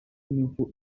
meaningful